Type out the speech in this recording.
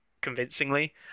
convincingly